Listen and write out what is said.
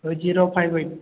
eight zero five eight